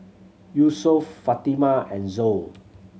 Yusuf Fatimah and Zul